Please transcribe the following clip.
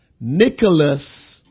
Nicholas